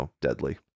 deadly